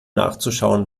nachzuschauen